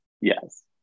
yes